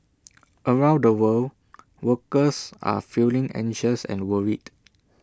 around the world workers are feeling anxious and worried